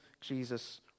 Jesus